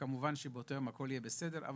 וכמובן שבאותו יום הכול יהיה בסדר.